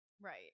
Right